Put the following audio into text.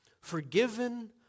forgiven